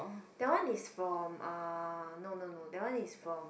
that one is from uh no no no that one is from